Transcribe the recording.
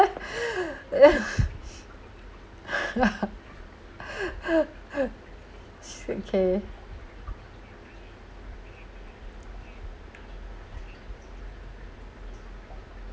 okay